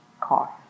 cost